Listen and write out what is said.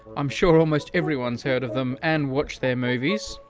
i'm sure almost everyone's heard of them, and watch their movies.